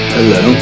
Hello